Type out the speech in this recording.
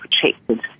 protected